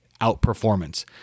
outperformance